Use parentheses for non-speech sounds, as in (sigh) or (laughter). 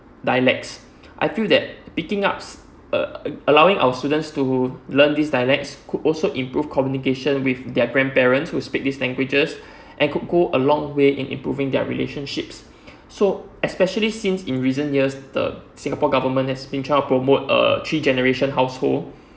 dialects I feel that picking up uh allowing our students to learn this dialects could also improve communication with their grandparents who speak this languages (breath) and could go a long way in improving their relationships (breath) so especially since in recent years the singapore government has been trying to promote err three generation household